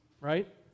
right